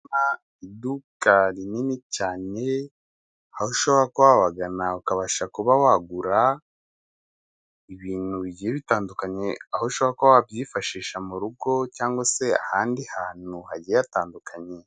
Iduka rinini cyane aho ushobora kuba wabagana ukabasha kuba wagura ibintu bigiye bitandukanye aho ushobora kuba wabyifashisha mu rugo cyangwa se ahandi hantu hagiye hatandukanye.